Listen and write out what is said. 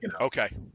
Okay